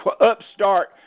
upstart